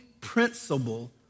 principle